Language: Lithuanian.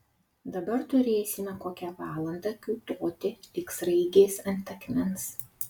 dabar turėsime kokią valandą kiūtoti lyg sraigės ant akmens